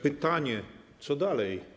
Pytanie: Co dalej?